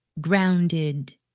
grounded